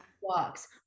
walks